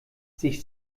sich